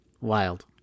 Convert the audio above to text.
wild